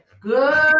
Good